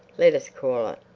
let us call it.